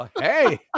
Hey